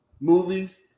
movies